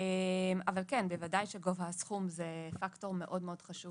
אבל בוודאי שגובה הסכום הוא פקטור מאוד חשוב